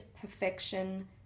Perfection